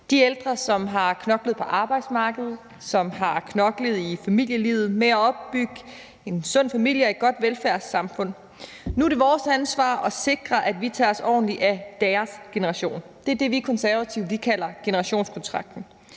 de ældre, som har knoklet på arbejdsmarkedet, og som har knoklet i familielivet med at opbygge en sund familie og et godt velfærdssamfund. Nu er det vores ansvar at sikre, at vi tager os ordentligt af deres generation. Det er det, vi i Konservative kalder generationskontrakten.